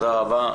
תודה רבה.